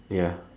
ya